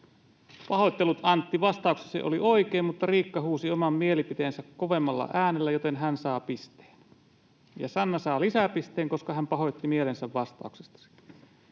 ”Pahoittelut, Antti, vastauksesi oli oikein, mutta Riikka huusi oman mielipiteensä kovemmalla äänellä, joten hän saa pisteen, ja Sanna saa lisäpisteen, koska hän pahoitti mielensä vastauksestasi.”